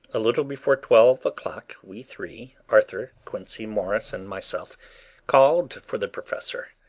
a little before twelve o'clock we three arthur, quincey morris, and myself called for the professor.